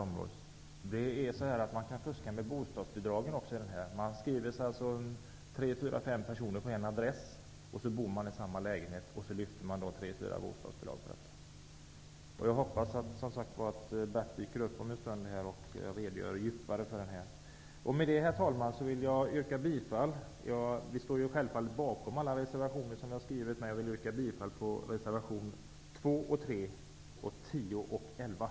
Man kan här också fuska med bostadsbidragen. Tre, fyra eller fem personer skriver sig på en adress, bor i samma lägenhet och lyfter tre fyra bostadsbidrag på detta. Jag hoppas att Bert Karlsson dyker upp om en stund och redogör mer utförligt för det förslaget. Med detta, herr talman, yrkar jag bifall till reservation 2, 3, 10 och 11, men vi står självfallet bakom alla reservationer vi har avgivit.